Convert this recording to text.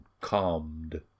calmed